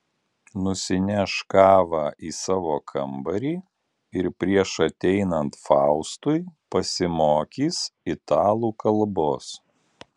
nusineš kavą į savo kambarį ir prieš ateinant faustui pasimokys italų kalbos